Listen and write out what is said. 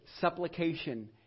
supplication